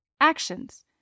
Actions